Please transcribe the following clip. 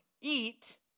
Eat